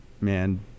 Man